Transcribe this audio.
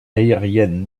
aériennes